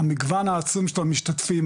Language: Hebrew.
המגוון העצום של המשתתפים,